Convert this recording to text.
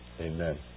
amen